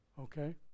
Okay